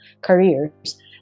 careers